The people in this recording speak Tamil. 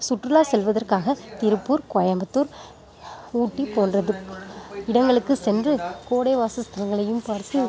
சுற்றுலா செல்வதற்காக திருப்பூர் கோயம்புத்தூர் ஊட்டி போன்ற து இடங்களுக்கு சென்று கோடை வாசஸ்தலங்களையும் பார்த்து